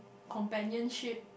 companionship